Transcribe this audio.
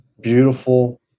beautiful